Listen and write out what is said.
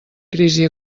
crisi